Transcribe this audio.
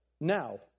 Now